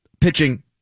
pitching